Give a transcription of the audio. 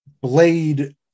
Blade